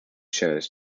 shows